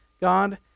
God